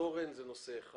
התורן הוא נושא אחד,